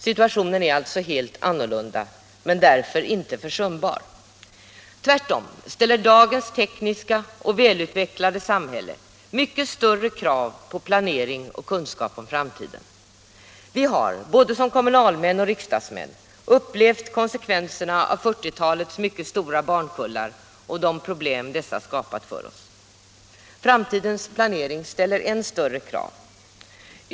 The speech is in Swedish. Situationen är alltså helt annorlunda än 1930-talets men därför inte försumbar. Tvärtom ställer dagens tekniska och välutvecklade samhälle mycket större krav än tidigare på planering och kunskap om framtiden. Vi har, både som kommunalmän och riksdagsmän, upplevt konsekvenserna av 1940-talets mycket stora barnkullar och de problem dessa skapat för oss. Framtidens planering ställer än större krav.